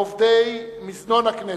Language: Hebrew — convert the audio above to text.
לעובדי מזנון הכנסת,